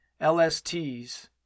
LSTs